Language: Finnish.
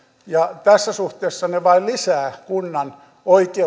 tässä suhteessa ne vain lisäävät kunnan